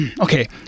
Okay